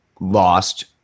lost